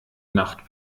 nacht